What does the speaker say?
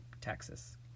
Texas